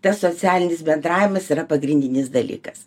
tas socialinis bendravimas yra pagrindinis dalykas